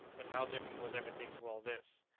but how different was everything to all this!